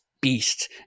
beast